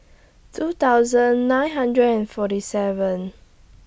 two thousand nine hundred and forty seven